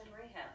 rehab